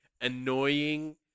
annoying